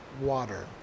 water